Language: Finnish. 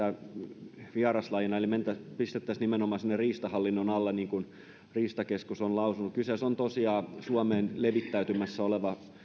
eikä pelkästään vieraslajina eli se pistettäisiin nimenomaan riistahallinnon alle niin kuin riistakeskus on lausunut kyseessä on tosiaan suomeen levittäytymässä oleva